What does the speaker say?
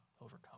overcome